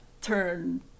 turn